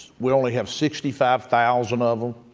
we only have sixty five thousand of them,